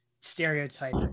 stereotype